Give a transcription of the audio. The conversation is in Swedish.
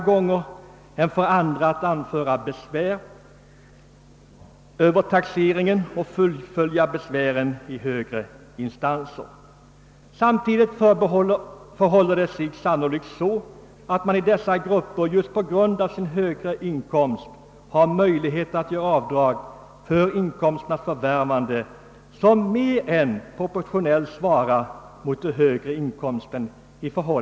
gånger lättare än andra att anföra besvär över taxeringen och fullfölja besvären i högre instanser. Samtidigt förhåller det sig sannolikt så att man i dessa grupper just på grund av sin högre inkomst har möjlighet att göra avdrag för inkomsternas förvärvande som mer än proportionellt svarar mot den högre inkomsten.